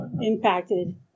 impacted